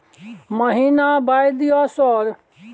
महीना बाय दिय सर?